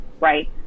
right